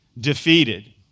defeated